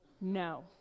No